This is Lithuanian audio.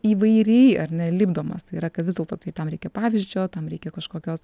įvairiai ar ne lipdomas tai yra ka vis dėlto tai tam reikia pavyzdžio tam reikia kažkokios